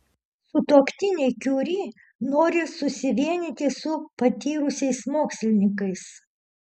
sutuoktiniai kiuri nori susivienyti su patyrusiais mokslininkais